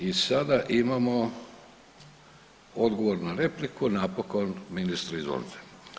I sada imamo odgovor na repliku napokon, ministre, izvolite.